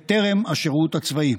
עוד טרם השירות הצבאי,